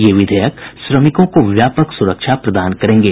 ये विधेयक श्रमिकों को व्यापक सुरक्षा प्रदान करेंगे